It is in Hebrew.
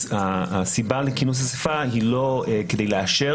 הסיבה לכינוס אסיפה היא לא כדי לאשר